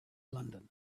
london